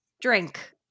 drink